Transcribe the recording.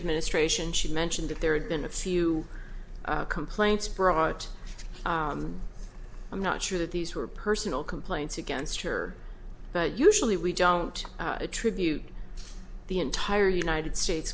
administration should mention that there had been a few complaints brought i'm not sure that these were personal complaints against her but usually we don't attribute the entire united states